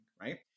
right